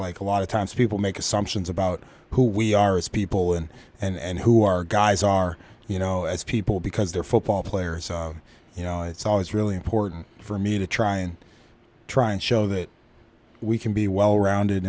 like a lot of times people make assumptions about who we are as people and and who our guys are you know as people because they're football players you know it's always really important for me to try and try and show that we can be well rounded